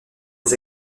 les